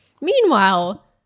Meanwhile